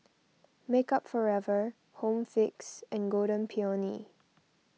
Makeup Forever Home Fix and Golden Peony